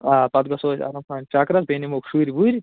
آ پتہٕ گَژھو أسۍ آرام سان چکرس بیٚیہِ نِمہوک شُرۍ وُرۍ